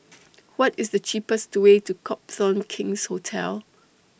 What IS The cheapest Way to Copthorne King's Hotel